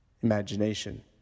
imagination